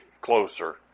closer